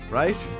right